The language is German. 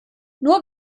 nur